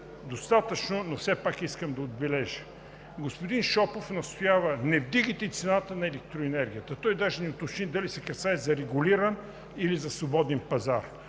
достатъчно, но все пак искам да отбележа нещо. Господин Шопов настоява: „Не вдигайте цената на електроенергията!“ Той даже не уточни дали се касае за регулиран или за свободен пазар.